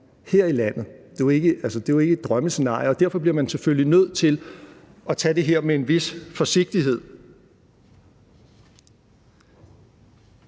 her i landet; det er jo ikke et drømmescenarie. Derfor bliver man selvfølgelig nødt til at gøre det her med en vis forsigtighed.